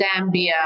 Zambia